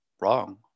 wrong